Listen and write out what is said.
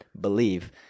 believe